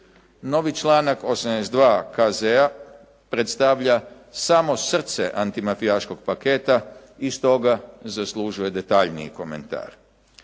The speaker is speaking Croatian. Novi članak 82. KZ-a predstavlja samo srce antimafijaškog paketa i stoga zaslužuje detaljniji komentar.